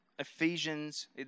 Ephesians